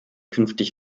künftig